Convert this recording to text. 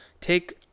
Take